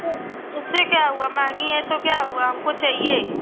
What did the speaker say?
तो उससे क्या हुआ महंगी है तो क्या हुआ हमको चाहिए